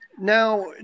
Now